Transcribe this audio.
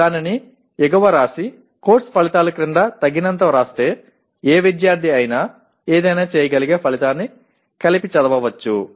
మీరు దానిని ఎగువన వ్రాసి కోర్సు ఫలితాలు క్రింద తగినంతగా వ్రాస్తే ఏ విద్యార్థి అయినా ఏదైనా చేయగలిగే ఫలితాన్ని కలిపి చదవవచ్చు